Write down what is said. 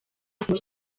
ngo